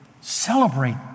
Celebrate